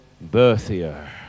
Berthier